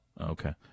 Okay